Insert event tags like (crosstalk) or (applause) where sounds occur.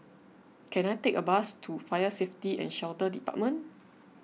(noise) can I take a bus to Fire Safety and Shelter Department